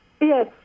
yes